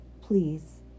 Please